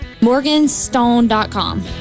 Morganstone.com